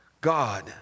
God